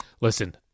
Listen